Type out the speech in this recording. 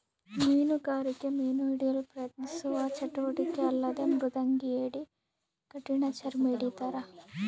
ಮೀನುಗಾರಿಕೆ ಮೀನು ಹಿಡಿಯಲು ಪ್ರಯತ್ನಿಸುವ ಚಟುವಟಿಕೆ ಅಲ್ಲದೆ ಮೃದಂಗಿ ಏಡಿ ಕಠಿಣಚರ್ಮಿ ಹಿಡಿತಾರ